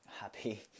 happy